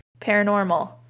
paranormal